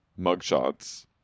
mugshots